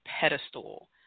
pedestal